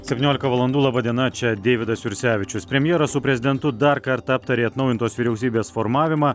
septyniolika valandų laba diena čia deividas jursevičius premjeras su prezidentu dar kartą aptarė atnaujintos vyriausybės formavimą